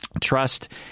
Trust